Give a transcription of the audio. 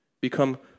become